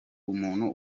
umuntu